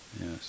Yes